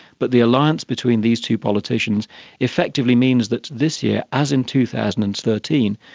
but the alliance between these two politicians effectively means that this year, as in two thousand and thirteen,